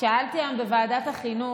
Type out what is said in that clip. שאלתי היום בוועדת החינוך,